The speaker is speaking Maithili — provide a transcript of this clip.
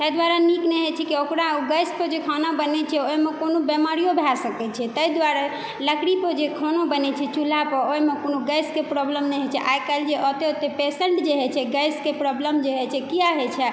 तहि दुआरे नीक नहि होइ छै कि ओकरा गैस पर जे खाना बनै छै ओहिमे कोनो बिमारियो भए सकै छै तहि दुआरे लकड़ी पर जे खाना बनै छै चूल्हा पर ओहिमे कोनो गैसके प्रोबलम नहि होइ छै आइ काल्हि जे ओतेक ओतेक पेशेंट जे होइ छै गैसके प्रोबलम जे होइ छै किए होइ छै